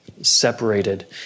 Separated